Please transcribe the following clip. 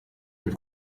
dem